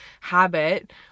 habit